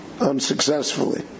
unsuccessfully